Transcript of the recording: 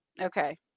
Okay